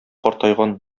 картайган